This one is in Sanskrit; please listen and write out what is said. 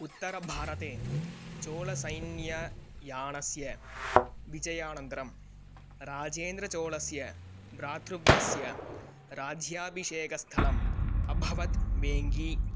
उत्तरभारते चोळसैन्ययानस्य विजयानन्तरं राजेन्द्रचोळस्य भ्रातृव्यस्य राज्याभिषेकस्थलम् अभवत् बेङ्गी